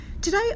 Today